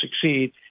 succeed